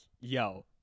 yo